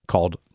Called